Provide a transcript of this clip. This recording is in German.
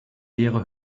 leere